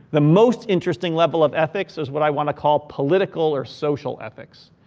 the most interesting level of ethics is what i wanna call political or social ethics.